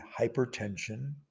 hypertension